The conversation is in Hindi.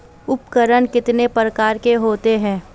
उपकरण कितने प्रकार के होते हैं?